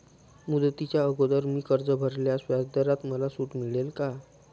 मुदतीच्या अगोदर मी कर्ज भरल्यास व्याजदरात मला सूट मिळेल का?